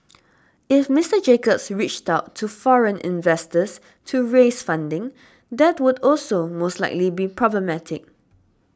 if Mister Jacobs reached out to foreign investors to raise funding that would also most likely be problematic